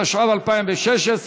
התשע"ו 2016,